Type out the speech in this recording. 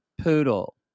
poodle